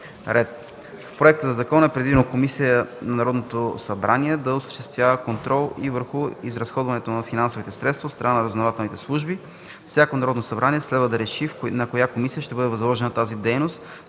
В проекта на закон е предвидено комисия на Народното събрание да осъществява контрол и върху изразходването на финансовите средства от страна на разузнавателните служби. Всяко Народно събрание следва да реши на коя комисия ще бъде възложена тази дейност